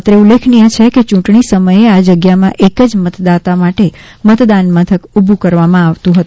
અત્રે ઉલ્લેખનીય છે કે યૂંટણી સમયે આ જગ્યામાં એક જ મતદાતા માટે મતદાન મથક ઊભું કરવામાં આવે છે